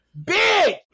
Bitch